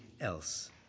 else